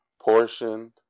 portioned